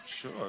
sure